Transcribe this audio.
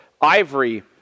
ivory